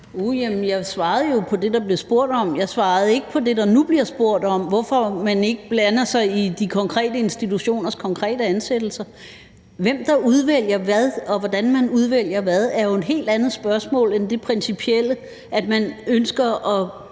jeg svarede jo på det, der blev spurgt om. Jeg svarede ikke på det, der nu bliver spurgt om, altså hvorfor man ikke blander sig i de konkrete institutioners konkrete ansættelser. Hvem der udvælger hvad, og hvordan man udvælger hvad, er jo helt andre spørgsmål end det principielle, i forhold til at